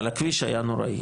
אבל הכביש היה נוראי.